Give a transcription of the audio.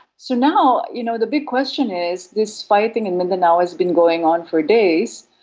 so now you know the big question is this fighting in mindanao has been going on for days,